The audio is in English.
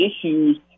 issues